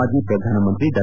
ಮಾಜಿ ಪ್ರಧಾನಮಂತ್ರಿ ಡಾ